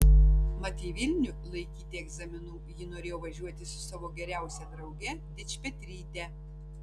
mat į vilnių laikyti egzaminų ji norėjo važiuoti su savo geriausia drauge dičpetryte